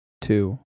Two